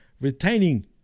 retaining